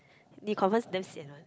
they confirms damn safe one